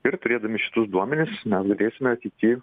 ir turėdami šitus duomenis mes galėsime ateity